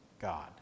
God